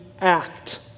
act